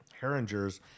herringers